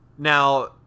Now